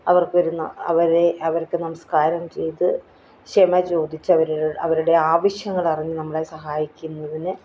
അവർക്ക് ഒരു അവരെ അവർക്ക് നമസ്കാരം ചെയ്ത് ക്ഷമ ചോദിച്ച് അവരുടെ ആവശ്യങ്ങൾ അറിഞ്ഞ് നമ്മളെ സഹായിക്കുന്നതിന്